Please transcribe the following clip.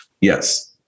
Yes